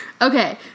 okay